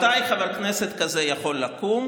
מתי חבר כנסת כזה יכול לקום,